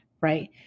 right